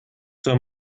zur